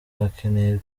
bakeneye